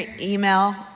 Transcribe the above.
email